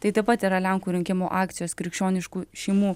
tai taip pat yra lenkų rinkimų akcijos krikščioniškų šeimų